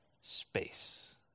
space